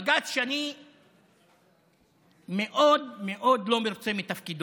בג"ץ, שאני מאוד מאוד לא מרוצה מתפקידו,